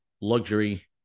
luxury